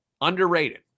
underrated